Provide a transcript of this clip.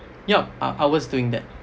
ya uh I was doing that